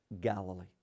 Galilee